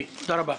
תודה רבה.